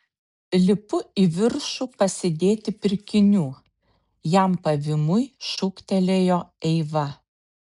lipu į viršų pasidėti pirkinių jam pavymui šūktelėjo eiva